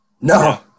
No